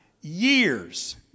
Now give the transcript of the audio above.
years